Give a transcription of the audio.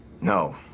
No